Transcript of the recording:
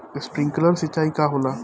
Sprinkler सिंचाई का होला?